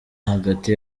hagati